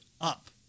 up